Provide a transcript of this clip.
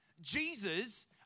Jesus